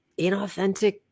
inauthentic